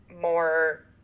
more